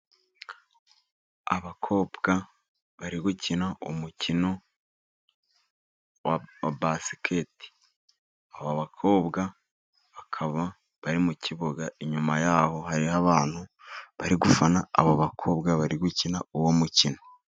Abakobwa bari gukina umukino wa basiketi. Aba bakobwa bakaba bari mu kibuga. Inyuma yaho hariho abantu bari gufana, aba bakobwa bari gukina uwo mukino.